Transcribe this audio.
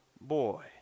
boy